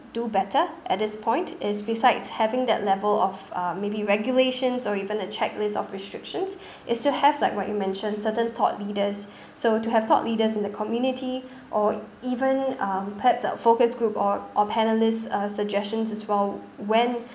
do better at this point is besides having that level of uh maybe regulations or even a checklist of restrictions is to have like what you mentioned certain thought leaders so to have thought leaders in the community or even um perhaps like focus group or or panelists uh suggestions as well when